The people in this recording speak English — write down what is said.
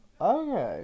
Okay